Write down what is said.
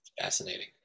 Fascinating